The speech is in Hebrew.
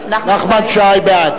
בעד